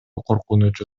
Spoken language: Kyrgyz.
коркунучу